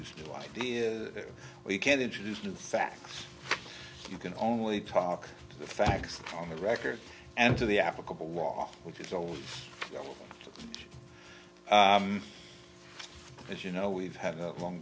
little idea that you can't introduce new facts you can only talk to the facts on the record and to the applicable law which is always as you know we've had a long